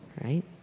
Right